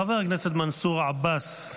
חבר הכנסת מנסור עבאס,